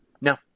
No